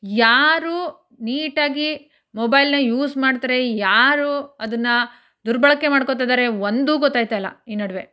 ಯಾರೂ ನೀಟಾಗಿ ಮೊಬೈಲನ್ನ ಯೂಸ್ ಮಾಡ್ತಾರೆ ಯಾರೂ ಅದನ್ನು ದುರ್ಬಳಕೆ ಮಾಡ್ಕೊಳ್ತಿದ್ದಾರೆ ಒಂದೂ ಗೊತ್ತಾಗ್ತಾಯಿಲ್ಲ ಈ ನಡುವೆ